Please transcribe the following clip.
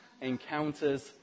Encounters